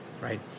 right